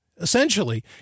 Essentially